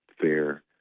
fair